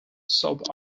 soap